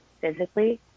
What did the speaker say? physically